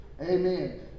Amen